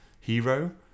hero